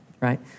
right